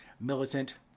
militant